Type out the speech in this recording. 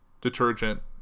detergent